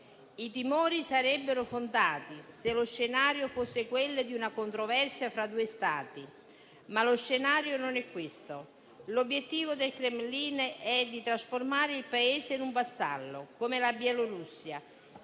I timori sarebbero fondati se lo scenario fosse quello di una controversia fra due Stati, ma lo scenario non è questo. L'obiettivo del Cremlino è di trasformare il Paese in un vassallo, come la Bielorussia,